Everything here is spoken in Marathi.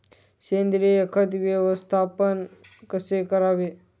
सेंद्रिय खत व्यवस्थापन कसे करावे?